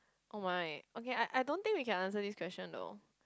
oh my okay I I don't think we can answer this question though